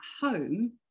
home